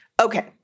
Okay